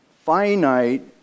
finite